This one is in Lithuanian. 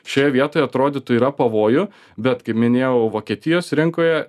šioje vietoje atrodytų yra pavojų bet kaip minėjau vokietijos rinkoje